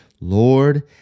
Lord